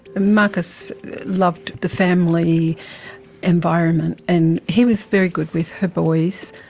marcus loved the family environment and he was very good with her boys,